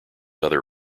other